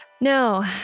No